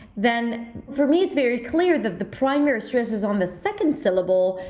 then for me it's very clear that the primary stress is on the second syllable,